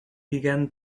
began